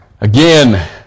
Again